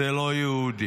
זה לא יהודי.